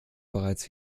bereits